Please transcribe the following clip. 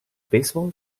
baseball